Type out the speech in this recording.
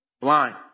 blind